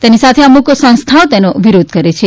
તેની સાથે અમુક સં સ્થાઓ તેનો વિરોધ કરે છે